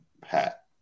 Pat